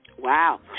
Wow